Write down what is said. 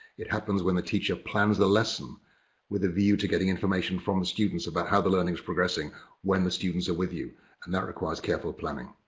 it happens when the teacher plans the lesson with a view to getting information from the students about how the learning's progressing when the students are with you and that requires careful planning.